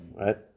right